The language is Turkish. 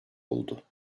oldu